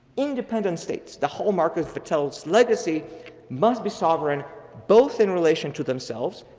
in dependent states, the hallmark of vattel's legacy must be sovereign both in relation to themselves,